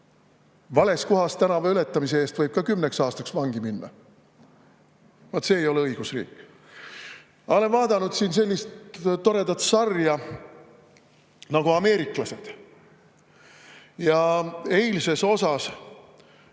vales kohas tänava ületamise eest võib ka kümneks aastaks vangi minna. See ei ole õigusriik. Ma olen vaadanud sellist toredat sarja nagu "Ameeriklased". Ja eilses osas